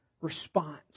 response